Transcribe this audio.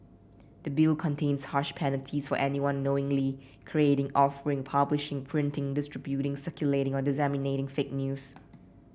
the Bill contains harsh penalties for anyone knowingly creating offering publishing printing distributing circulating or disseminating fake news